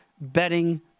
betting